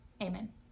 amen